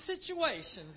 situations